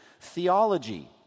theology